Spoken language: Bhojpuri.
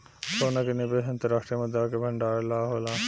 सोना के निवेश अंतर्राष्ट्रीय मुद्रा के भंडारण ला होला